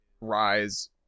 rise